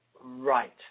Right